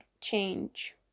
change